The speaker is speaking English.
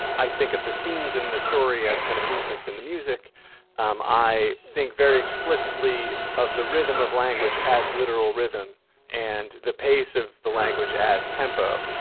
i think of the scenes in the story as kind of movements in the music um i think very explicitly of the rhythm of language as literal rhythm and the pace of the language as tempo.